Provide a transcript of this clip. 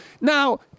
Now